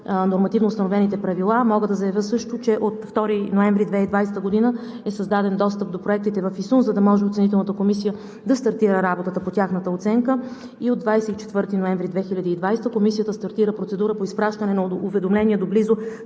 нормативно установените правила. Мога да заявя също, че от 2 ноември 2020 г. е създаден достъп до проектите в ИСУН, за да може оценителната комисия да стартира работата по тяхната оценка и от 24 ноември 2020 г. Комисията стартира процедура по изпращане на уведомление до близо